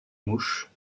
mouches